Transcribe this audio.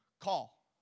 call